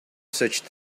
such